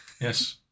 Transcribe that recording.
Yes